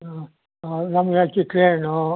ಹಾಂ ನಮಗೆ ಕಿತ್ತಲೆ ಹಣ್ಣು